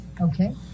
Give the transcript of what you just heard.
Okay